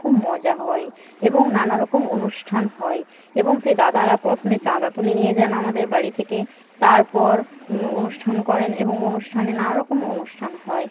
খুব মজা হয় এবং নানা রকম অনুষ্ঠান হয় এবং সে দাদারা প্রথমে চাঁদা তুলে নিয়ে যান আমাদের বাড়ি থেকে তারপর অনুষ্ঠান করেন এবং অনুষ্ঠানে নানা রকম অনুষ্ঠান হয়